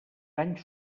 anys